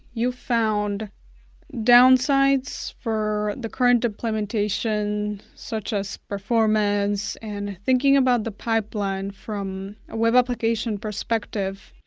you found downsides for the current implementation such as performance and thinking about the pipeline from a web application perspective.